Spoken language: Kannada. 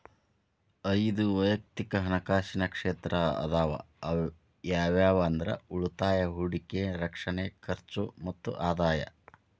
ಐದ್ ವಯಕ್ತಿಕ್ ಹಣಕಾಸಿನ ಕ್ಷೇತ್ರ ಅದಾವ ಯಾವ್ಯಾವ ಅಂದ್ರ ಉಳಿತಾಯ ಹೂಡಿಕೆ ರಕ್ಷಣೆ ಖರ್ಚು ಮತ್ತ ಆದಾಯ